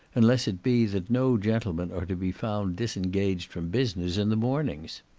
unless it be, that no gentlemen are to be found disengaged from business in the mornings.